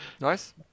Nice